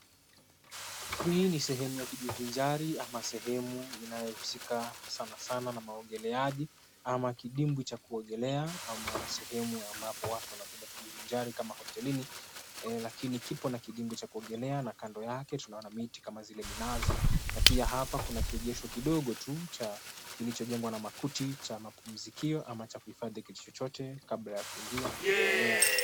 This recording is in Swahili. Hii ni sehemu ya kujivinjari ama sehemu inayohusika sana sana na maogeleaji, ama kidimbwi cha kuogelea, ama sehemu ambapo watu wanakuja kujivinjari kama hotelini, lakini kipo na kidimbwi cha kuogelea na kando yake tunaona miti kama zile minazi na pia hapa kuna kiegesho kidogo tu kilichojengwa na makuti cha mapumzikio ama cha kuhifadhi kitu chochote kabla ya kuingia kuogelea.